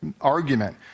argument